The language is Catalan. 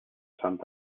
santa